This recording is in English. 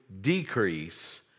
decrease